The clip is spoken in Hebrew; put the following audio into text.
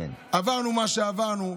עברנו מה שעברנו.